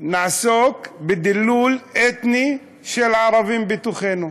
נעסוק בדילול אתני של הערבים בתוכנו.